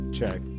Check